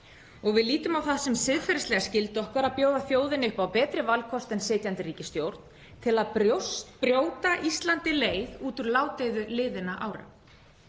og við lítum á það sem siðferðislega skyldu okkar að bjóða þjóðinni upp á betri valkost en sitjandi ríkisstjórn til að brjóta Íslandi leið út úr ládeyðu liðinna ára.